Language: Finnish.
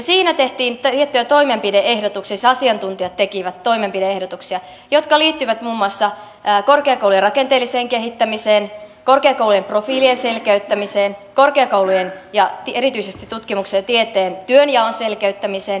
siinä tehtiin tiettyjä toimenpide ehdotuksia siis asiantuntijat tekivät toimenpide ehdotuksia jotka liittyvät muun muassa korkeakoulujen rakenteelliseen kehittämiseen korkeakoulujen profiilien selkeyttämiseen korkeakoulujen ja erityisesti tutkimuksen ja tieteen työnjaon selkeyttämiseen